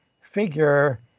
figure